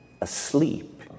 asleep